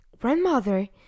grandmother